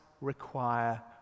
require